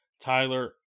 Tyler